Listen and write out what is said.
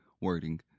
wording